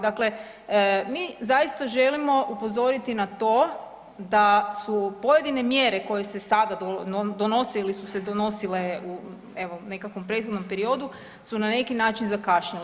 Dakle, mi zaista želimo upozoriti na to da su pojedine mjere koje se sada donose ili su se donosile u evo nekakvom prethodnom periodu su na neki način zakašnjela.